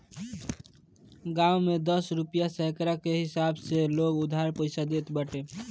गांव में दस रुपिया सैकड़ा कअ हिसाब से लोग उधार पईसा देत बाटे